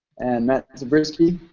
and matt zabriskie.